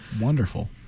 Wonderful